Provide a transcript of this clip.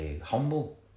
humble